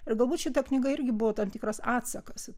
ir galbūt šita knyga irgi buvo tam tikras atsakas